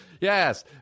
Yes